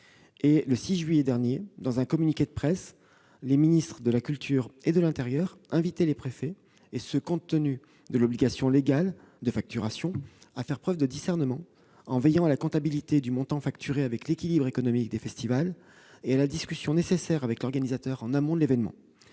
Le 6 juillet dernier, dans un communiqué de presse, les ministres de la culture et de l'intérieur invitaient les préfets, et ce compte tenu de l'obligation légale de facturation, à faire preuve de discernement en veillant à la compatibilité du montant facturé avec l'équilibre économique des festivals et à la discussion nécessaire avec l'organisateur en amont de l'événement.